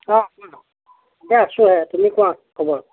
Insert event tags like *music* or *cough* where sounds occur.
*unintelligible* আছোঁহে তুমি কোৱা খবৰ